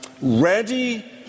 ready